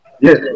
Yes